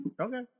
Okay